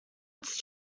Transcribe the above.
its